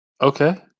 Okay